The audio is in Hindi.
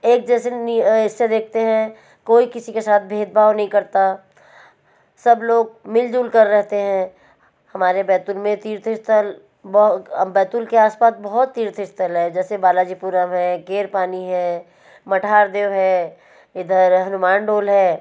एक जैसे से देखते हैं कोई किसी के साथ भेदभाव नहीं करता सब लोग मिल जुलकर रहते हैं हमारे बैतूल में तीर्थ स्थल बैतूल के आसपास बहुत तीर्थ स्थल है जैसे बालाजीपुरम है गेरपानी है मठार देव है इधर हनुमान डोल है